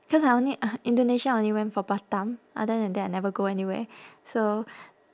cause I only uh indonesia I only went for batam other than that I never go anywhere so